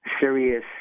serious